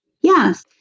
Yes